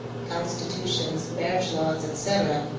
constitutions, marriage laws, etc,